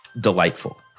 delightful